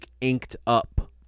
inked-up